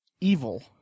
evil